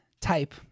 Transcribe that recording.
type